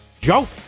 Joke